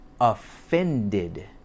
Offended